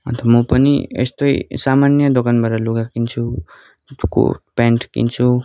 अन्त म पनि यस्तै सामान्य दोकानबाट लुगा किन्छु कोट प्यान्ट किन्छु